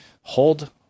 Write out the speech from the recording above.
hold